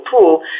tool